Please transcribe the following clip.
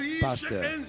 pastor